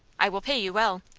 i will pay you well.